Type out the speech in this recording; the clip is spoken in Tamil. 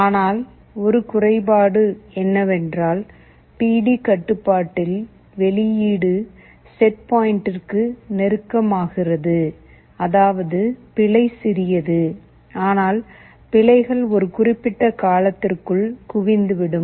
ஆனால் ஒரு குறைபாடு என்னவென்றால் பி டி கட்டுப்பாட்டில் வெளியீடு செட் பாயிண்டிற்கு நெருக்கமாகிறது அதாவது பிழை சிறியது ஆனால் பிழைகள் ஒரு குறிப்பிட்ட காலத்திற்குள் குவிந்துவிடும்